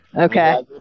okay